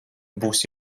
būs